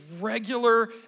regular